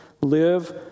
Live